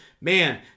man